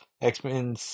X-Men